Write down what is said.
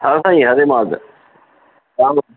हा साईं हरे माधव हा